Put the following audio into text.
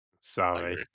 Sorry